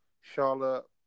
Charlotte